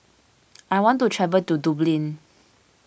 I want to travel to Dublin